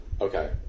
Okay